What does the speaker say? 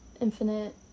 Infinite